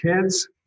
kids